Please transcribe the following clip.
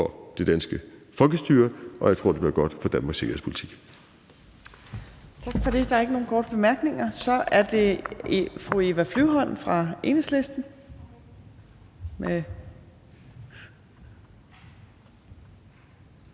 for det danske folkestyre. Og jeg tror, det vil være godt for Danmarks sikkerhedspolitik.